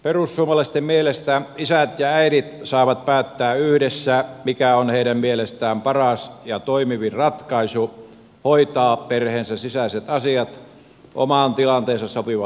perussuomalaisten mielestä isät ja äidit saavat päättää yhdessä mikä on heidän mielestään paras ja toimivin ratkaisu hoitaa perheensä sisäiset asiat omaan tilanteeseensa sopivalla tavalla